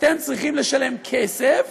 אתם צריכים לשלם כסף